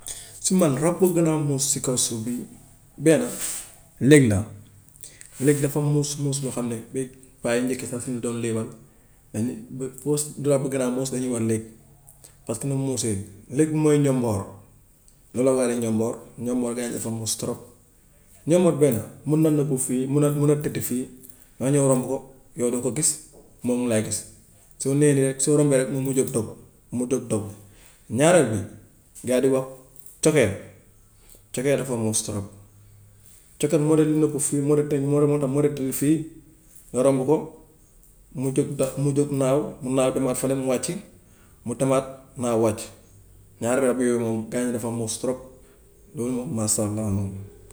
Si man rab bi gën a muus si kaw suuf bi benn lëg la lëg dafa muus moos boo xam ne ba paa yu njëkk yi sax suñu ñu doon léebal dañuy the first rab bu gëg a muus dañuy wax lëg parce que ni mu muusee. Lëg mooy njomboor looloo waral njomboor njomboor gayin dafa muus trop. Njomboor benn mën na nëbbu fii mën na mën na tëdd fii ma ñëw romb ko yow doo ko gis moom mu ngi lay gis soo nee nii rek soo rombee rek moom mu jóg toog mu jóg toog. Ñaareel bi gaa yi di wax cokkeer cokkeer dafa muus trop, cokkeer moo dee nekk fii moo dee të- moo dee nekk a moo dee tëdd fii nga romb ko mu jug da mu jug naaw mu naaw demaat feneen mu wàcc mu demaat naaw wàcc. Ñaari rab yooyu noonu gayin dafa muus trop loolu moos masha allah moom